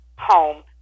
home